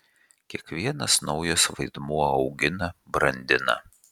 kiekvienas naujas vaidmuo augina brandina